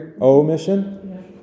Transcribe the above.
Omission